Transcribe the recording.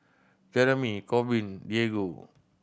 Jereme Corbin Diego